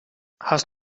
hast